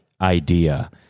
idea